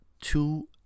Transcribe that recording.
two